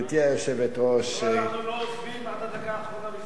אנחנו לא עוזבים עד הדקה האחרונה.